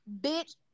bitch